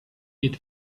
bit